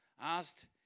asked